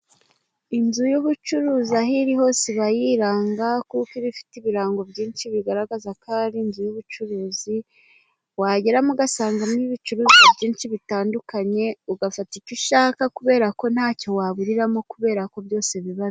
Inzu y'ubucuruzi aho iri hose iba yiranga, kuko iba ifite ibirango byinshi bigaragaza ko ari inzu y'ubucuruzi, wageramo ugasangamo ibicuruzwa byinshi bitandukanye ugafataka icyo ushaka, kubera ko ntacyo waburiramo kubera ko byose biba bihari.